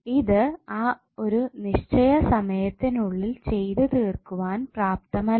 ഇത് ആ ഒരു നിശ്ചയ സമയത്തിനുള്ളിൽ ചെയ്തു തീർക്കുവാൻ പ്രാപ്തമല്ല